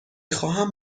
خواهم